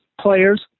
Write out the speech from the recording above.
players